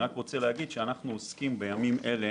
אני רוצה להגיד שאנחנו עוסקים בימים אלו